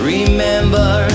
Remember